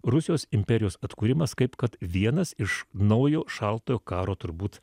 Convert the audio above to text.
rusijos imperijos atkūrimas kaip kad vienas iš naujo šaltojo karo turbūt